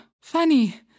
funny